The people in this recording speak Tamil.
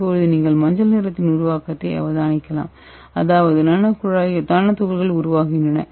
இப்போது நீங்கள் மஞ்சள் நிறத்தின் உருவாக்கத்தை அவதானிக்கலாம் அதாவது நானோ துகள்கள் உருவாகின்றன